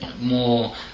more